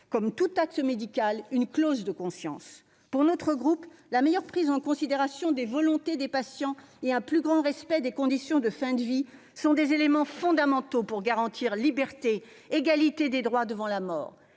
pour tout acte médical, une clause de conscience. Pour notre groupe, la meilleure prise en considération des volontés des patients et un plus grand respect des conditions de fin de vie sont des éléments fondamentaux pour garantir la liberté et l'égalité des droits devant la mort.